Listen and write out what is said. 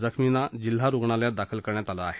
जखमींना जिल्हा रुग्णालयात दाखल करण्यात आलं आहे